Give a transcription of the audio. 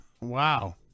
Wow